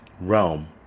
realm